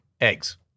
Eggs